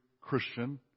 Christian